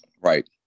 right